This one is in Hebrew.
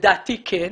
לדעתי כן.